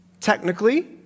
Technically